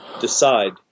decide